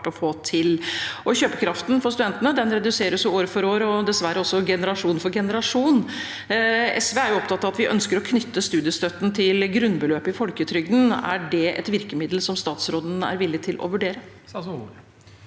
å få til, og kjøpekraften for studentene reduseres år for år og dessverre også generasjon for generasjon. SV er opptatt av og ønsker å knytte studiestøtten til grunnbeløpet i folketrygden. Er det et virkemiddel som statsråden er villig til å vurdere?